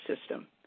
system